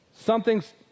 Something's